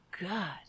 god